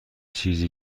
چیزی